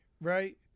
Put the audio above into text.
right